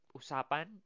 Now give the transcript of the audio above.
usapan